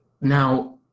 now